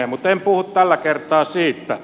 mutta en puhu tällä kertaa siitä